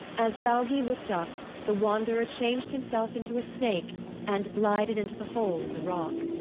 as baugi looked up the wanderer changed himself into a snake and glided into the hole in the rock.